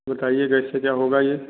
बताईए कैसे क्या होगा ये